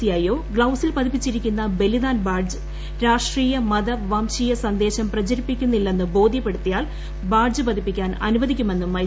സിയോ ഗ്ലൌസിൽ പതിപ്പിച്ചിരിക്കുന്ന ബലിദാൻ ബാഡ്ജ് രാഷ്ട്രീയ മത വംശീയ സന്ദേശം പ്രചരിപ്പിക്കുന്നില്ലെന്ന് ബോധ്യപ്പെടുത്തിയാൽ ബാഡ്ജ് പതിപ്പിക്കാൻ അനുവദിക്കുമെന്നും ഐ